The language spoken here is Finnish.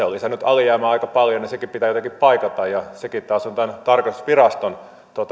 on lisännyt alijäämää aika paljon ja sekin pitää jotenkin paikata sekin taas on tämän tarkastusviraston